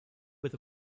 with